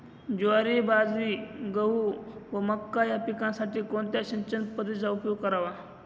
ज्वारी, बाजरी, गहू व मका या पिकांसाठी कोणत्या सिंचन पद्धतीचा उपयोग करावा?